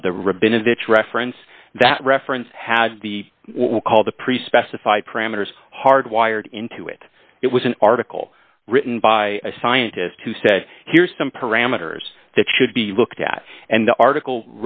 reference that reference had the will call the pre specified parameters hard wired into it it was an article written by a scientist who said here's some parameters that should be looked at and the article